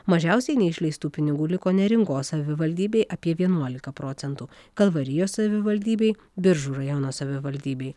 mažiausiai neišleistų pinigų liko neringos savivaldybei apie vienuolika procentų kalvarijos savivaldybei biržų rajono savivaldybei